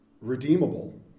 redeemable